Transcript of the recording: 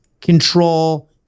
control